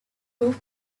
two